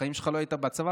בחיים שלך לא היית בצבא.